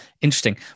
interesting